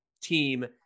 team